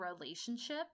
relationship